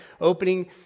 opening